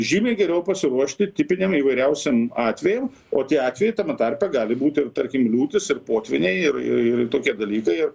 žymiai geriau pasiruošti tipiniem įvairiausiem atvejam o tie atvejai tame tarpe gali būti tarkim liūtis ir potvyniai ir ir ir tokie dalykai ir